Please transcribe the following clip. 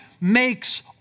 makes